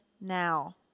now